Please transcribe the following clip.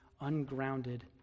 ungrounded